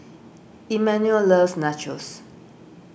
Emanuel loves Nachos